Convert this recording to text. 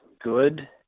good